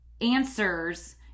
answers